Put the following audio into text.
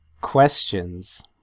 Questions